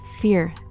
fear